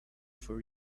for